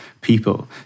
people